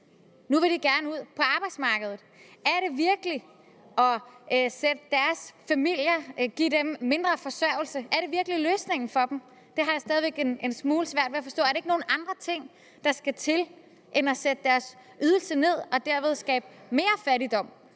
nu vil de gerne ud på arbejdsmarkedet. Er det virkelig løsningen for dem at give deres familier mindre forsørgelse? Det har jeg stadig væk en smule svært ved at forstå. Er det ikke nogle andre ting, der skal til, end at sætte deres ydelse ned og derved skabe mere fattigdom